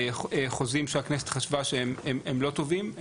חוזים שהכנסת חשבה שהם לא טובים.